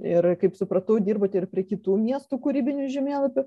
ir kaip supratau dirbote ir prie kitų miestų kūrybinių žemėlapių